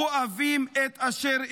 כואבים את אשר איבדו.